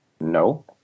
No